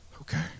okay